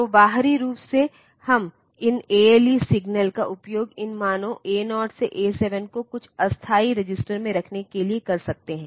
तो बाहरी रूप से हम इन ALE सिग्नल का उपयोग इन मानों A 0 से A 7 को कुछ अस्थायी रजिस्टर में रखने के लिए कर सकते हैं